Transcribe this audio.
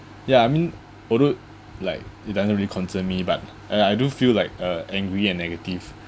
ya I mean although like it doesn't really concern me but ya I do feel like uh angry and negative